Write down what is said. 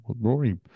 Rory